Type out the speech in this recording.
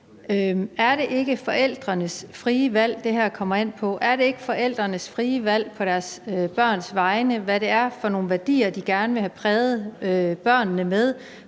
Er det ikke forældrenes frie valg på deres børns vegne, hvad det er for nogle værdier, de gerne vil have præget børnene med,